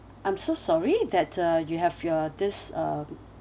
I'm so sorry that uh you have your this uh